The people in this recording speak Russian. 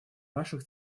наших